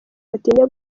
batinya